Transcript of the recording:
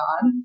God